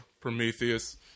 Prometheus